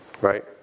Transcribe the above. right